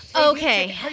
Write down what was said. okay